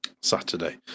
Saturday